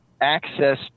access